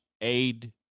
aid